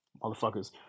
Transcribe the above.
motherfuckers